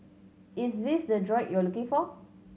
is this the droid you're looking for